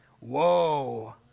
Whoa